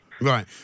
Right